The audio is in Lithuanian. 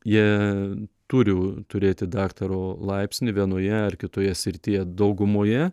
jie turi turėti daktaro laipsnį vienoje ar kitoje srityje daugumoje